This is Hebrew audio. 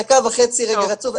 דקה וחצי תני לי רצוף,